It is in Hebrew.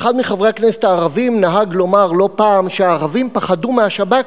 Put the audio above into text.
אחד מחברי הכנסת הערבים נהג לומר לא פעם שהערבים פחדו מהשב"כ,